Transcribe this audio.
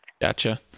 Gotcha